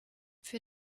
für